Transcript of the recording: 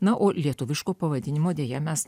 na o lietuviško pavadinimo deja mes